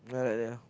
yeah like that ah